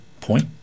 point